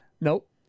Nope